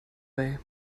way